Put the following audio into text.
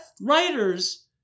Writers